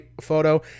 photo